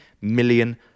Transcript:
million